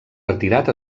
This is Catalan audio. retirat